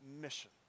mission